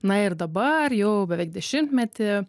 na ir dabar jau beveik dešimtmetį